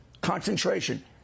concentration